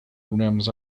rims